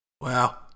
Wow